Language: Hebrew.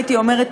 הייתי אומרת,